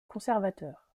conservateur